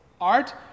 Art